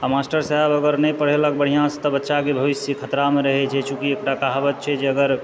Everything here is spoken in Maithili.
आ मास्टर साहेब अगर नहि पढ़ेलक बढ़िआँसँ तऽ बच्चाकेँ भविष्य खतराँ रहै छै चुँकि एकटा कहावत छै जे अगर